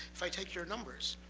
if i take your numbers.